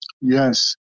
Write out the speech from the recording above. Yes